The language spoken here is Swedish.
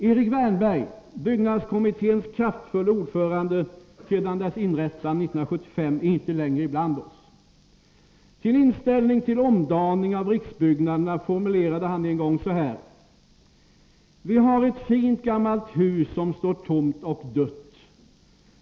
Erik Wärnberg, byggnadskommitténs kraftfulle ordförande sedan dess inrättande 1975, är inte längre ibland oss. Sin inställning till omdaningen av riksbyggnaderna formulerade han en gång så här: ”Vi har ett fint gammalt hus som står tomt och dött.